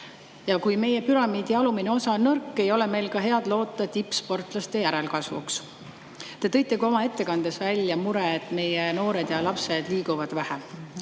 Kui meie püramiidi alumine osa on nõrk, ei ole meil ka head loota tippsportlaste järelkasvuks. Te tõite oma ettekandes välja mure, et meie noored ja lapsed liiguvad vähem.